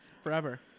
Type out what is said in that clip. Forever